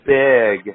big